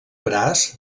braç